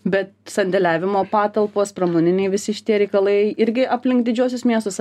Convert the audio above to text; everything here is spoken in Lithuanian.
bet sandėliavimo patalpos pramoniniai visi šitie reikalai irgi aplink didžiuosius miestus